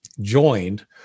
joined